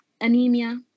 anemia